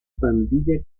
pandilla